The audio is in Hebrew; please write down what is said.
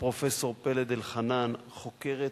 בפרופסור פלד-אלחנן חוקרת